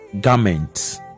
garments